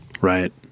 right